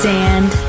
Sand